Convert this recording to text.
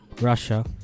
Russia